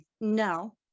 no